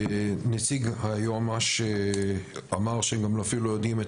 נציג היועמ"ש אמר שהם אפילו לא יודעים את